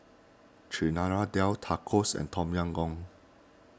Chana Dal Tacos and Tom Yam Goong